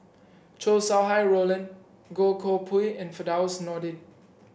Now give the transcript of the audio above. Chow Sau Hai Roland Goh Koh Pui and Firdaus Nordin